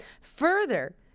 Further